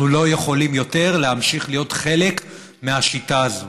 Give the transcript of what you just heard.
אנחנו לא יכולים יותר להמשיך להיות חלק מהשיטה הזאת,